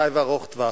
חי וארוך טווח.